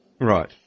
Right